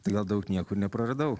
tai gal daug nieko ir nepraradau